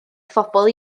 phobl